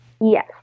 yes